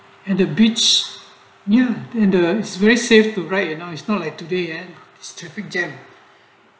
and the beach new in those very safe to write you know is not like today ah is traffic jam